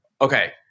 Okay